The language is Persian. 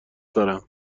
دارم